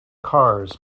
cars